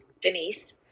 Denise